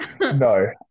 No